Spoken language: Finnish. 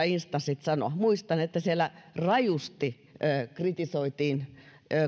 instanssit sanoa muistan että siellä rajusti kritisoitiin